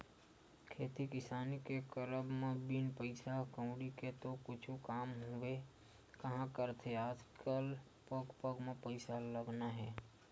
खेती किसानी के करब म बिन पइसा कउड़ी के तो कुछु काम होबे काँहा करथे आजकल पग पग म पइसा लगना हे